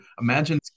imagine